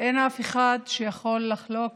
אין אף אחד שיכול לחלוק